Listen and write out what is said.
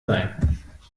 sein